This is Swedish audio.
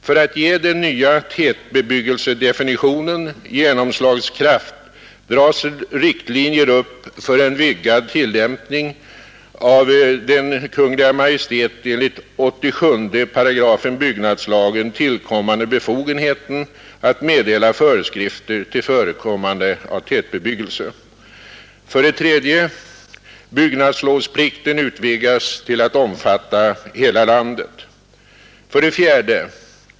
För att ge den nya tätbebyggelsedefinitionen genomslagskraft dras riktlinjer upp för en vidgad tillämpning av den Kungl. Maj:t enligt 87 § byggnadslagen tillkommande befogenheten att meddela föreskrifter till förekommande av tätbebyggelse. 4.